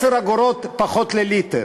10 אגורות פחות לליטר,